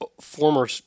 former